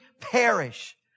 perish